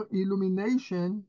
illumination